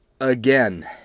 Again